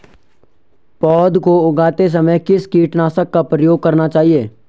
पौध को उगाते समय किस कीटनाशक का प्रयोग करना चाहिये?